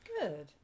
Good